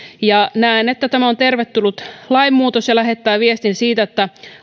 ja näen että tämä on tervetullut lainmuutos ja lähettää viestin siitä että